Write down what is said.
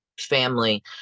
Family